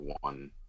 one